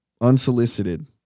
unsolicited